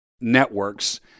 networks